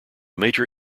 major